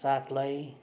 सागलाई